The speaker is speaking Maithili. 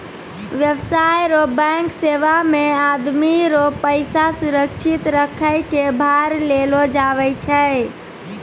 व्यवसाय रो बैंक सेवा मे आदमी रो पैसा सुरक्षित रखै कै भार लेलो जावै छै